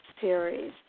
series